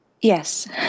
Yes